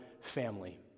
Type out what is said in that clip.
family